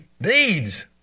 Deeds